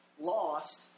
lost